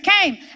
came